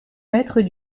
mètres